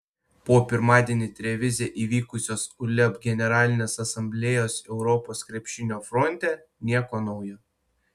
po pirmadienį trevize įvykusios uleb generalinės asamblėjos europos krepšinio fronte nieko naujo